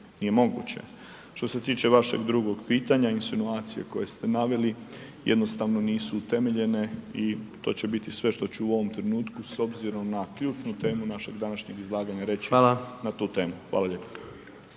nije moguće. Što se tiče vašeg drugog pitanja, insinuacije koje ste naveli jednostavno nisu utemeljene i to će biti sve što ću u ovom trenutku s obzirom na ključnu temu našeg današnjeg izlaganja reći .../Upadica: Hvala./...